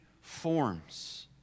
forms